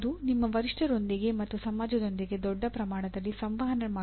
ಅದು ನಿಮ್ಮ ವರಿಷ್ಠರೊಂದಿಗೆ ಮತ್ತು ಸಮಾಜದೊಂದಿಗೆ ದೊಡ್ಡ ಪ್ರಮಾಣದಲ್ಲಿ ಸಂವಹನ ಮಾಡುವುದು